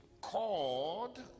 called